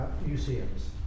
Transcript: museums